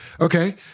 Okay